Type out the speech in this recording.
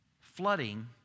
flooding